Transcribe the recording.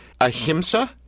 Ahimsa